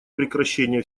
прекращение